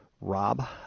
rob